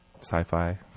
sci-fi